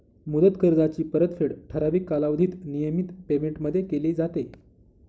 मुदत कर्जाची परतफेड ठराविक कालावधीत नियमित पेमेंटमध्ये केली जाते